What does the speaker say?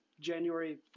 January